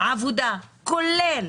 עבודה כולל